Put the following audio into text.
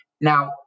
Now